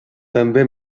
també